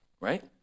Right